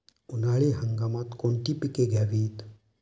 उन्हाळी हंगामात कोणती पिके घ्यावीत?